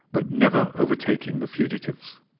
but never overtaking the fugitives.